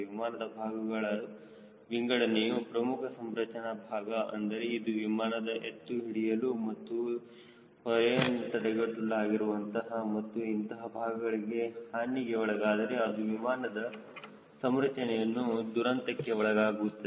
ವಿಮಾನದ ಭಾಗಗಳ ವಿಂಗಡನೆಯು ಪ್ರಮುಖ ಸಂರಚನಾ ಭಾಗ ಅಂದರೆ ಅದು ವಿಮಾನವನ್ನು ಎತ್ತು ಹಿಡಿಯಲು ಮತ್ತು ಹೊರೆಯನ್ನು ತೆಗೆದುಕೊಳ್ಳಲು ಆಗಿರುತ್ತವೆ ಮತ್ತು ಇಂತಹ ಭಾಗಗಳು ಹಾನಿಗೆ ಒಳಗಾದರೆ ಅದು ವಿಮಾನದ ಸಂರಚನೆಯನ್ನು ದುರಂತಕ್ಕೆ ಒಳಗಾಗುತ್ತದೆ